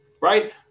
right